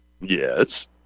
Yes